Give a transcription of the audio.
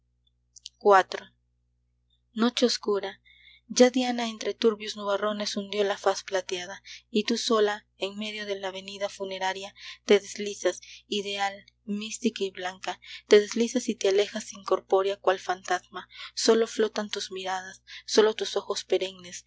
noche oscura ya diana entre turbios nubarrones hundió la faz plateada y tú sola en medio de la avenida funeraria te deslizas ideal mística y blanca te deslizas y te alejas incorpórea cual fantasma sólo flotan tus miradas sólo tus ojos